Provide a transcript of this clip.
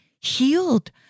healed